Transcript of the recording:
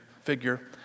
figure